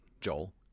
Joel